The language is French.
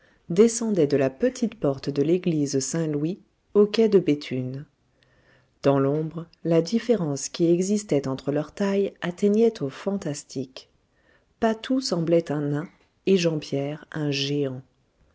descendaient de la petite porte de l'église saint-louis au quai de béthune dans l'ombre la différence qui existait entre leurs tailles atteignait au fantastique patou semblait un nain et jean pierre un géant